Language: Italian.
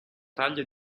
taglia